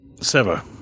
Sever